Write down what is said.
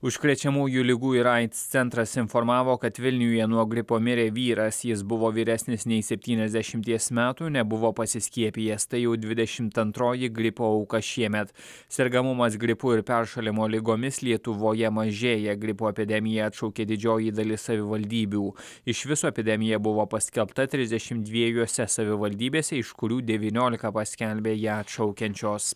užkrečiamųjų ligų ir aids centras informavo kad vilniuje nuo gripo mirė vyras jis buvo vyresnis nei septyniasdešimties metų nebuvo pasiskiepijęs tai jau dvidešimt antroji gripo auka šiemet sergamumas gripu ir peršalimo ligomis lietuvoje mažėja gripo epidemiją atšaukė didžioji dalis savivaldybių iš viso epidemija buvo paskelbta trisdešimt dviejuose savivaldybėse iš kurių devyniolika paskelbė ją atšaukiančios